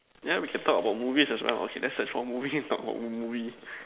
ya we can talk about movies as well okay let's search for movies talk about movies